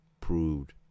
proved